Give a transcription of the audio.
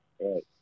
right